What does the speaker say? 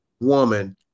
woman